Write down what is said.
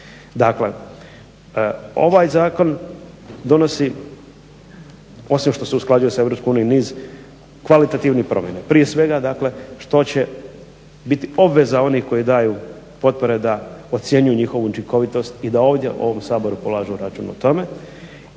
Dakle, ovaj zakon donosi osim što se usklađuje s Europskom unijom i niz kvalitativnih promjena. Prije svega dakle što će biti obveza onih koji daju potpore da ocjenjuju njihovu učinkovitost i da ovdje u ovom Saboru polažu račun o tome.